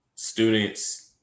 Students